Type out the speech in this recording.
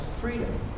freedom